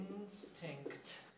Instinct